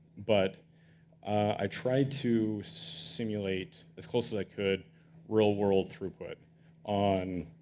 but i tried to simulate as close as i could real-world throughput on